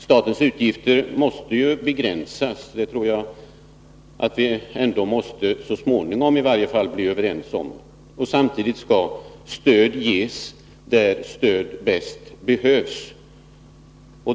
Statens utgifter måste ju begränsas — det tror jag att vi i varje fall så småningom måste bli överens om. Samtidigt skall stöd ges där stöd bäst behövs.